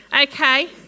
Okay